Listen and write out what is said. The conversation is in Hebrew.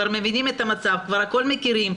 אנחנו כבר מבינים את המצב, כבר הכול מכירים.